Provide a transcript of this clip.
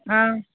ஆ